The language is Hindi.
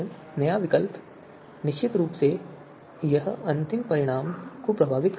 नया विकल्प निश्चित रूप से यह अंतिम परिणाम को प्रभावित करने वाला है